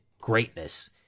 greatness